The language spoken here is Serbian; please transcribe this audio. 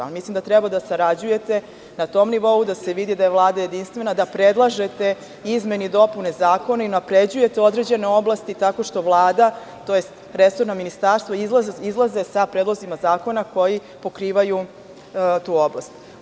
Mislim da treba da sarađujete na tom nivou da se vidi da je Vlada jedinstvena, da predlažete izmene i dopune zakona i unapređujete određene oblasti, tako što Vlada, tj. resorno ministarstvo izlaze sa predlozima zakona koji pokrivaju tu oblast.